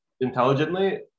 intelligently